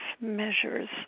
measures